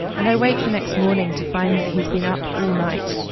and i wake the next morning to find that he's been up all night,